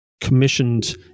commissioned